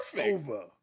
Over